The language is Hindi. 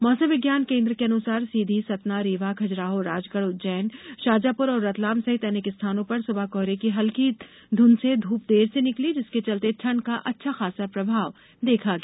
मौसम विज्ञान केन्द्र के अनुसार सौंधी सतना रीवा खजुराहो राजगढ़ उज्जैन शाजापुर और रतलाम सहित अनेक स्थानों पर सुबह कोहरे की हल्की धुंध र्से धूप देर से निकली जिसके चलते ठंड का अच्छा खासा प्रभाव देखा गया